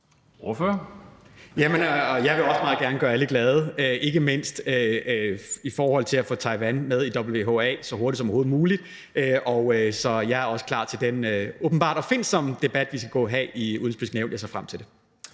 Jeg vil også meget gerne gøre alle glade, ikke mindst i forhold til at få Taiwan med i WHA så hurtigt som overhovedet muligt. Så jeg er også klar til den åbenbart opfindsomme debat, vi skal have i Det Udenrigspolitiske Nævn. Jeg ser frem til det.